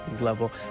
level